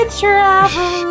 travel